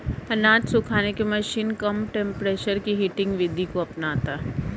अनाज सुखाने की मशीन कम टेंपरेचर की हीटिंग विधि को अपनाता है